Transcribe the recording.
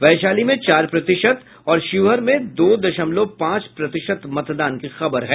वैशाली में चार प्रतिशत और शिवहर में दो दशमलव पांच प्रतिशत मतदान की खबर है